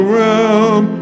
realm